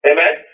Amen